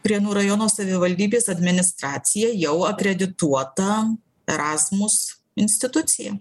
prienų rajono savivaldybės administracija jau akredituota erasmus institucija